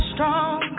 Strong